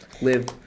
Live